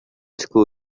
school